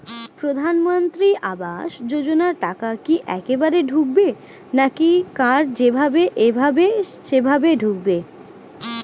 প্রধানমন্ত্রী আবাস যোজনার টাকা কি একবারে ঢুকবে নাকি কার যেভাবে এভাবে সেভাবে ঢুকবে?